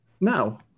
now